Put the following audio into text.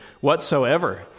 whatsoever